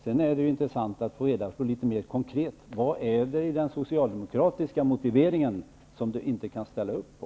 Sedan vore det intressant att litet mer konkret få reda på vad det är i den socialdemokratiska motiveringen som Bengt Rosén inte kan ställa upp på.